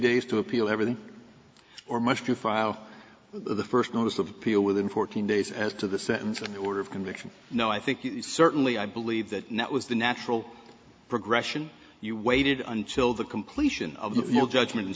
days to appeal everything or much to file the first notice of appeal within fourteen days as to the sentencing order of conviction no i think you certainly i believe that net was the natural progression you waited until the completion of the judgement